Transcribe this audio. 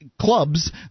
clubs